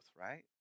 right